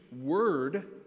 word